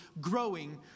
growing